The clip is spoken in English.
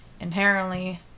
inherently